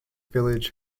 village